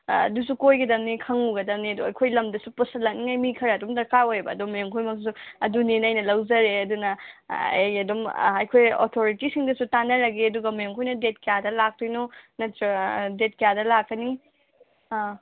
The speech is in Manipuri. ꯑꯗꯨꯁꯨ ꯀꯣꯏꯒꯗꯕꯅꯤ ꯈꯪꯉꯨꯒꯗꯕꯅꯤ ꯑꯗꯣ ꯑꯩꯈꯣꯏ ꯂꯝꯗꯁꯨ ꯄꯨꯁꯤꯜꯂꯛꯅꯤꯡꯉꯥꯏ ꯃꯤ ꯈꯔ ꯑꯗꯨꯝ ꯗꯔꯀꯥꯔ ꯑꯣꯏꯑꯕ ꯑꯗꯣ ꯃꯦꯝ ꯈꯣꯏꯃꯛꯁꯨ ꯑꯗꯨꯅꯤꯅ ꯑꯩꯅ ꯂꯧꯖꯔꯦ ꯑꯗꯨꯅ ꯑꯩ ꯑꯗꯨꯝ ꯑꯩꯈꯣꯏ ꯑꯣꯊꯣꯔꯤꯁꯤꯡꯗꯁꯨ ꯇꯥꯟꯅꯔꯒꯦ ꯑꯗꯨꯒ ꯃꯦꯝ ꯈꯣꯏꯅ ꯗꯦꯠ ꯀꯌꯥꯗ ꯂꯥꯛꯇꯣꯏꯅꯣ ꯅꯠꯇ꯭ꯔꯥ ꯗꯦꯠ ꯀꯌꯥꯗ ꯂꯥꯛꯀꯅꯤ ꯑꯥ